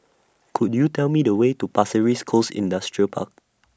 Could YOU Tell Me The Way to Pasir Ris Coast Industrial Park